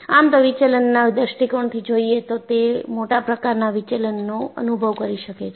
આમ તોવિચલનના દૃષ્ટિકોણથી જોઈએ તો તે મોટા પ્રકારના વિચલનનો અનુભવ કરી શકે છે